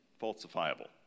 falsifiable